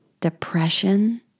depression